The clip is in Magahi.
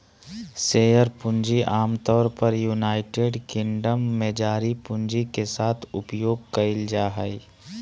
शेयर पूंजी आमतौर पर यूनाइटेड किंगडम में जारी पूंजी के साथ उपयोग कइल जाय हइ